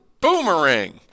boomerang